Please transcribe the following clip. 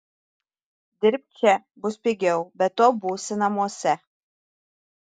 dirbk čia bus pigiau be to būsi namuose